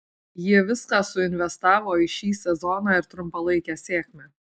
jie viską suinvestavo į šį sezoną ir trumpalaikę sėkmę